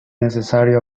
necesario